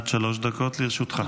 עד שלוש דקות לרשותך.